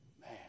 man